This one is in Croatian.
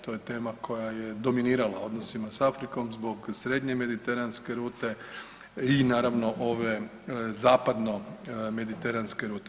To je tema koja je dominirala u odnosima sa Afrikom zbog srednje mediteranske rute i naravno ove zapadno mediteranske rute.